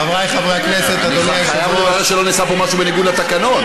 אני חייב לברר שלא נעשה פה משהו בניגוד לתקנון.